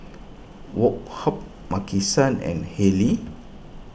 Woh Hup Maki San and Haylee